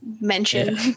mention